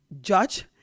judge